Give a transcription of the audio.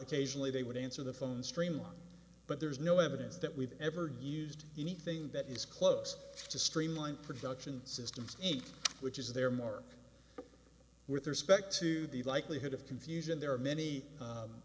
occasionally they would answer the phone streamline but there's no evidence that we've ever used anything that is close to streamline production systems which is their mark with respect to the likelihood of confusion there are many